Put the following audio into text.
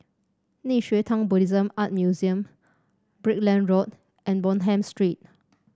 Nei Xue Tang Buddhist Art Museum Brickland Road and Bonham Street